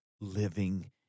living